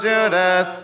Judas